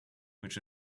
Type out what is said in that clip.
which